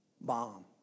bomb